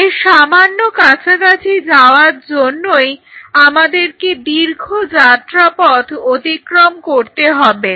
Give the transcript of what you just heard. এর সামান্য কাছাকাছি যাওয়ার জন্যই আমাদেরকে দীর্ঘ যাত্রা পথ অতিক্রম করতে হবে